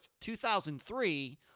2003